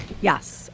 Yes